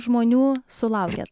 žmonių sulaukiat